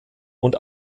und